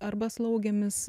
arba slaugėmis